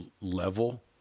level